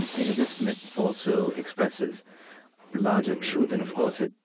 and you know, this myth also expresses larger truth. and, of course, it,